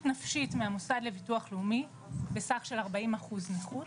נפשית מהמוסד לביטוח הלאומי בסך של 40 אחוז נכות,